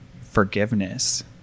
forgiveness